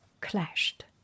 clashed